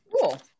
Cool